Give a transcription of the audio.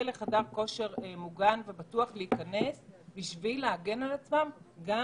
לחדר כושר מוגן ובטוח בשביל להגן על עצמם גם